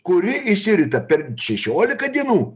kuri išsirita per šešiolika dienų